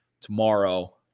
tomorrow